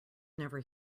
never